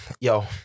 yo